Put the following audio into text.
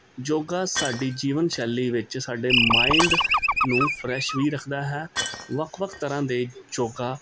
ਯੋਗਾ ਸਾਡੀ ਜੀਵਨ ਸ਼ੈਲੀ ਵਿੱਚ ਸਾਡੇ ਮਾਇੰਡ ਨੂੰ ਫਰੈਸ਼ ਵੀ ਰੱਖਦਾ ਹੈ ਵੱਖ ਵੱਖ ਤਰ੍ਹਾਂ ਦੇ ਯੋਗਾ